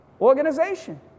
organization